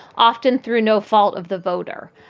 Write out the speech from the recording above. often through no fault of the voter.